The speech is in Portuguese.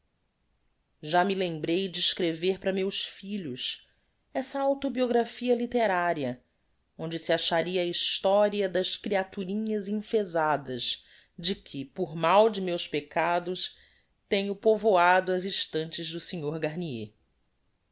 já me lembrei de escrever para meus filhos essa authobiographia litteraria onde se acharia a historia das creaturinhas enfesadas de que por mal de meus peccados tenho povoado as estantes do sr garnier